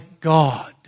God